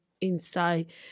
inside